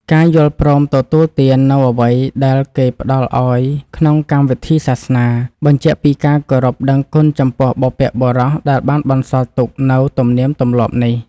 ការយល់ព្រមទទួលទាននូវអ្វីដែលគេផ្តល់ឱ្យក្នុងកម្មវិធីសាសនា បញ្ជាក់ពីការគោរពដឹងគុណចំពោះបុព្វបុរសដែលបានបន្សល់ទុកនូវទំនៀមទម្លាប់នេះ។